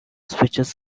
switches